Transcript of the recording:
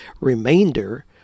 Remainder